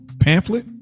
pamphlet